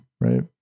right